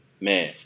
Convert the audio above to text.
man